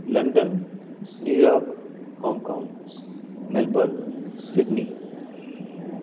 London New York Hong Kong Melbourne Sydney